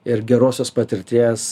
ir gerosios patirties